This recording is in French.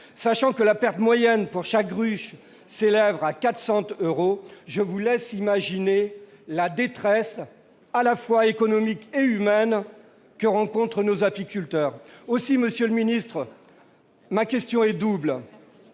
Sachant que la perte moyenne, pour chaque ruche, s'élève à 400 euros, je vous laisse imaginer la détresse, à la fois économique et humaine, de nos apiculteurs. Monsieur le ministre, ma question est double.